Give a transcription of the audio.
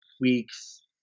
weeks